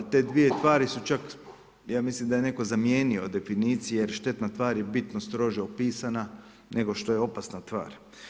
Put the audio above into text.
I te dvije tvari su čak, ja mislim da je netko zamijenio definicije, jer štetna tvar je bitno strože upisana nego što je opasna tvar.